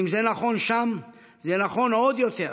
ואם זה נכון שם זה נכון עוד יותר